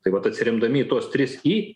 taip vat atsiremdami į tuos tris i